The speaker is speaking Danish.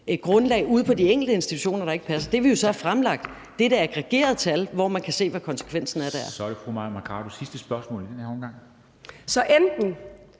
grundlag ude på de enkelte institutioner, der ikke passer. Det, vi så har fremlagt, er det aggregerede tal, hvor man kan se, hvad konsekvensen er der. Kl. 13:32 Formanden (Henrik Dam Kristensen): Så er